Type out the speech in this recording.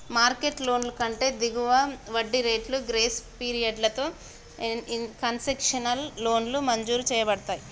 market లోన్ల కంటే దిగువ వడ్డీ రేట్లు, గ్రేస్ పీరియడ్లతో కన్సెషనల్ లోన్లు మంజూరు చేయబడతయ్